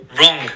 Wrong